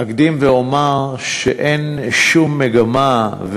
אקדים ואומר שאין שום מגמה,